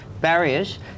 barriers